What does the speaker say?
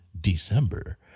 December